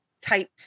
type